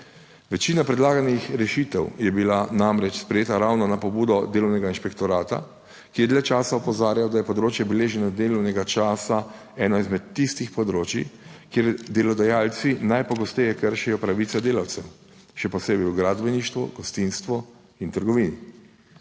Večina predlaganih rešitev je bila namreč sprejeta ravno na pobudo delovnega inšpektorata, ki je dlje časa opozarjal, da je področje beleženja delovnega časa eno izmed tistih področij, kjer delodajalci najpogosteje kršijo pravice delavcev, še posebej v gradbeništvu, gostinstvu in trgovini.